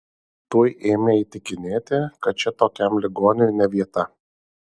tuoj ėmė įtikinėti kad čia tokiam ligoniui ne vieta